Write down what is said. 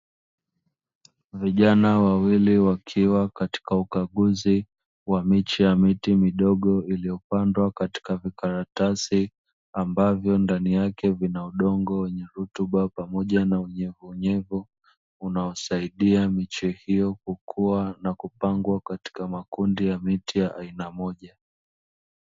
Vijana wawili wakiwa katika ukaguzi wa miche ya miti midogo iliyopandwa katika vikaratasi, ambavyo ndani yake vina udongo wenye rutuba pamoja na unyevu unyevu unaosaidia miche hiyo kukua na kupangwa katika makundi ya miti ya aina moja.